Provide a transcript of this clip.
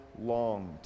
longed